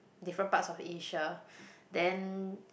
different parts of Asia then